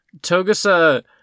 Togusa